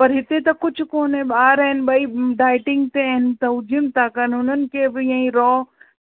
पर हिते त कुझु कोन्हे ॿार आहिनि ॿई डाइटिंग ते आहिनि त हू जिम था कनि हुननि खे बि ईअं ई रॉ